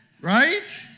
Right